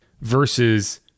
versus